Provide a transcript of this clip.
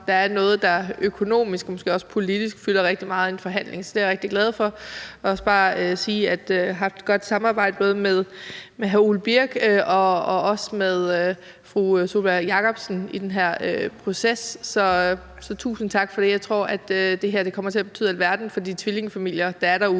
der er noget, der økonomisk og måske også politisk fylder rigtig meget i en forhandling. Så det er jeg rigtig glad for. Jeg vil også bare sige, at jeg har haft et godt samarbejde både med hr. Ole Birk Olesen og fru Sólbjørg Jakobsen i den her proces. Så tusind tak for det. Jeg tror, det her kommer til betyde alverden for de tvillingefamilier, der er derude.